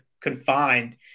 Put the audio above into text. confined